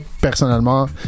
personnellement